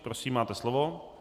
Prosím, máte slovo.